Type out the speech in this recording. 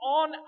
on